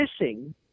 missing